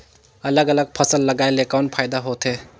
अलग अलग फसल लगाय ले कौन फायदा होथे?